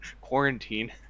quarantine